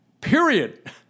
Period